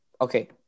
okay